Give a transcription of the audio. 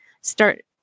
start